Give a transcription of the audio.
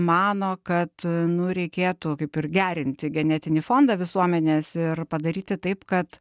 mano kad nu reikėtų kaip ir gerinti genetinį fondą visuomenės ir padaryti taip kad